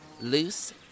loose